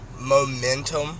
momentum